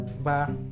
Bye